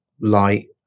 light